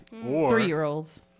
three-year-olds